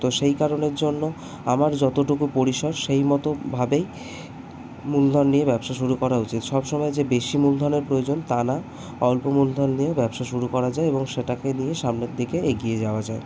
তো সেই কারণের জন্য আমার যতটুকু পরিসর সেই মতো ভাবেই মূলধন নিয়ে ব্যবসা শুরু করা উচিত সব সময় যে বেশি মূলধনের প্রয়োজন তা না অল্প মূলধন নিয়েও ব্যবসা শুরু করা যায় এবং সেটাকে নিয়ে সামনের দিকে এগিয়ে যাওয়া যায়